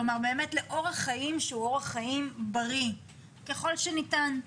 כלומר באמת לאורח חיים שהוא אורח חיים בריא ככל שניתן.